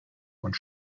und